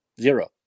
Zero